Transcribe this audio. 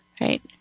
Right